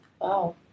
Wow